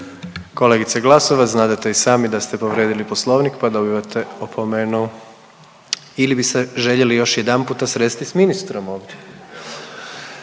Kolegice Glasovac, znadete i sami da ste povrijedili Poslovnik, pa dobivate opomenu ili bi se željeli još jedanputa sresti s ministrom ovdje?